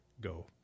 go